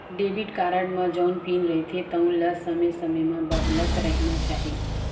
debit card म जउन PIN रहिथे तउन ल समे समे म बदलत रहिना चाही